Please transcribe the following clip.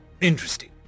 interesting